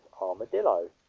armadillo